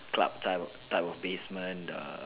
club type of type of basement the